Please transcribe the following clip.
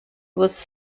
was